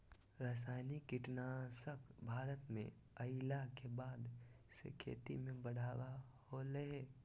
रासायनिक कीटनासक भारत में अइला के बाद से खेती में बढ़ावा होलय हें